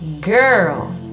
Girl